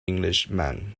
englishman